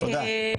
תודה.